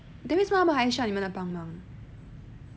then 为什么他们还是需要你们的帮忙